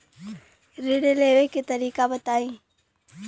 ऋण लेवे के तरीका बताई?